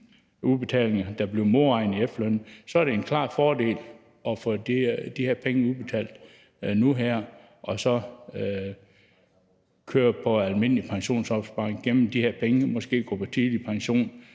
pensionsudbetalinger, der bliver modregnet i efterlønnen, så er det en klar fordel at få de her penge udbetalt nu og her og så køre på almindelig pensionsopsparing, gemme de her penge og måske gå på tidlig pension